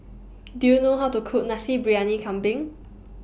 Do YOU know How to Cook Nasi Briyani Kambing